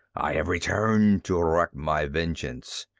i have returned to wreak my vengeance.